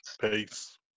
Peace